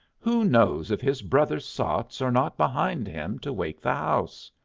who knows if his brother sots are not behind him to wake the house?